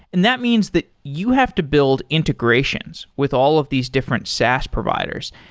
and that means that you have to build integrations with all of these different saas providers.